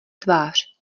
tvář